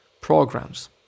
programs